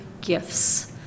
gifts